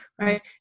right